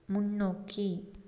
முன்னோக்கி